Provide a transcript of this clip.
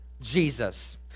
Jesus